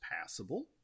passable